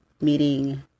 meeting